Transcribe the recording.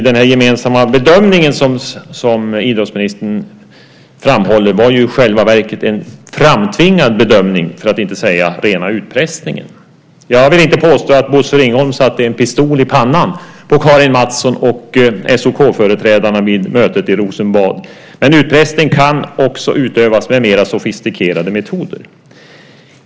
Den gemensamma bedömning som idrottsministern framhåller var i själva verket en framtvingad bedömning, för att inte säga rena utpressningen. Jag vill inte påstå att Bosse Ringholm satte en pistol i pannan på Karin Mattsson och SOK-företrädarna vid mötet i Rosenbad. Men utpressning kan också utövas med mer sofistikerade metoder.